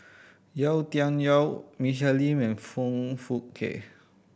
Yau Tian Yau Michelle Lim and Foong Fook Kay